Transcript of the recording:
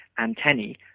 antennae